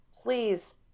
please